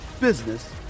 business